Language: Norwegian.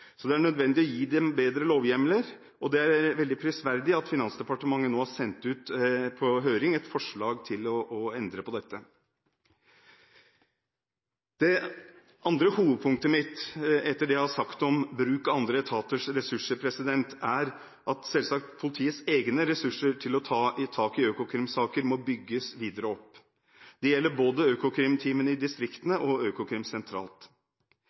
Det er nødvendig å gi dem bedre lovhjemler, og det er veldig prisverdig at Finansdepartementet nå har sendt ut på høring et forslag om å endre på dette. Det andre hovedpunktet mitt – etter det jeg har sagt om bruk av andre etaters ressurser – er selvsagt at politiets egne ressurser til å ta tak i økokrimsaker må bygges videre opp. Det gjelder både økokrimteamene i distriktene og Økokrim sentralt.